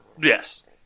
Yes